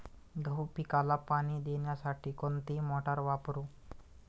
गहू पिकाला पाणी देण्यासाठी कोणती मोटार वापरू?